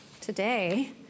today